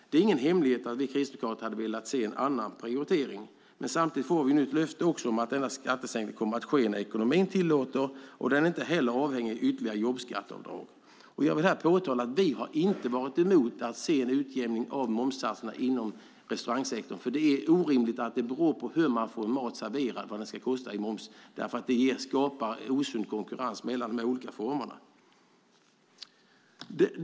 Det är ingen hemlighet att vi kristdemokrater hade velat se en annan prioritering, men samtidigt får vi ett löfte om att denna skattesänkning kommer att ske när ekonomin tillåter. Den är inte heller avhängig ytterligare jobbskatteavdrag. Vi har inte varit emot att se en utjämning av momssatserna inom restaurangsektorn. Det är orimligt att momsen ska vara beroende av hur maten serveras. Det skapar osund konkurrens mellan de olika formerna.